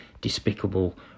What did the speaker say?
despicable